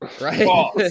Right